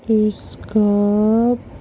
scape